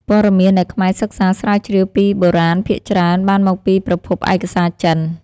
ព័ត៌មានដែលខ្មែរសិក្សាស្រាវជ្រាវពីបុរាណភាគច្រើនបានមកពីប្រភពឯកសារចិន។